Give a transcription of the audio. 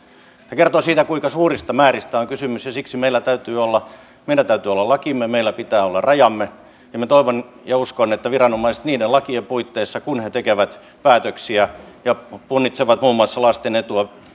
se kertoo siitä kuinka suurista määristä on kysymys ja siksi meillä täytyy olla lakimme meillä pitää olla rajamme minä toivon ja uskon että viranomaiset niiden lakien puitteissa kun he tekevät päätöksiä ja punnitsevat muun muassa lasten etua